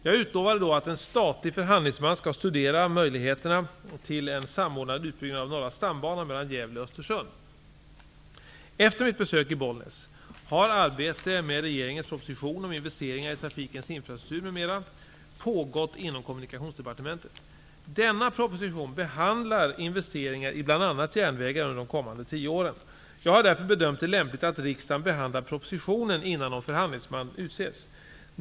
Jag utlovade då att en statlig förhandlingsman skall studera möjligheterna till en samordnad utbyggnad av Norra stambanan mellan Gävle och Östersund. pågått inom Kommunikationsdepartementet. Denna proposition behandlar investeringar i bl.a. järnvägar under de kommande tio åren. Jag har därför bedömt det lämpligt att riksdagen behandlar propositionen innan någon förhandlingsman utses.